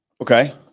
okay